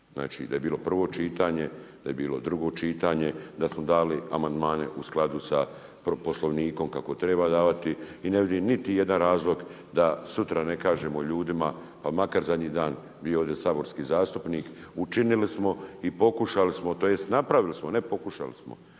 znači da je bilo prvo čitanje, da je bilo drugo čitanje, da smo dali amandmane u skladu sa Poslovnikom kako treba davati. I ne vidim niti jedan razlog da sutra ne kažemo ljudima pa makar zadnji dan bio ovdje saborski zastupnik, učinili smo i pokušali smo tj. napravili smo, ne pokušali smo,